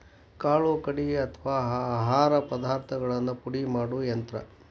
ಕಾಳು ಕಡಿ ಅಥವಾ ಆಹಾರ ಪದಾರ್ಥಗಳನ್ನ ಪುಡಿ ಮಾಡು ಯಂತ್ರ